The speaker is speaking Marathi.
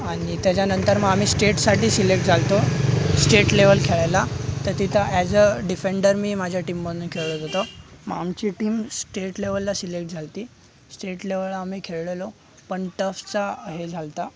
आणि त्याच्यानंतर मग आम्ही स्टेटसाठी सिलेक्ट झालो होतो स्टेट लेवल खेळायला तर तिथं ॲज अ डिफेंडर मी माझ्या टीममधनं खेळत होतो मग आमची टीम स्टेट लेवलला सिलेक्ट झाली होती स्टेट लेवल आम्ही खेळलेलो पण टफचा हे झाला होता